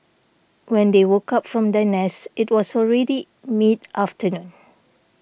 when they woke up from their nest it was already mid afternoon